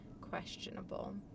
questionable